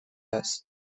است